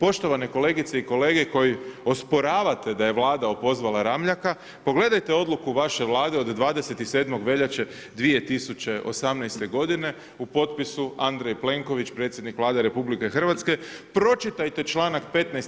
Poštovane kolegice i kolege koji osporavate da je Vlada opozvala Ramljaka, pogledajte odluku vaše Vlade od 27. veljače 2018. godine u potpisu Andrej Plenković, predsjednik Vlade Rh, pročitajte članak 15.